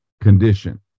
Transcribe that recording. condition